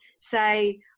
say